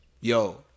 yo